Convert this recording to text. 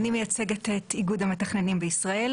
אני מייצגת את איגוד המתכננים בישראל,